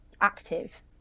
active